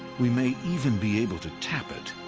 we may even be able to tap it,